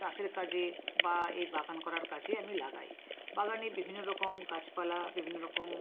চাষের কাজে বা এই বাগান করার কাজে আমি লাগাই বাগানে বিভিন্ন রকম গাছপালা বিভিন্ন রকম